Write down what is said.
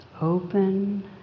Open